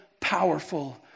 powerful